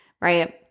Right